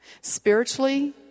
Spiritually